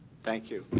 thank you. but